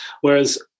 Whereas